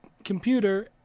computer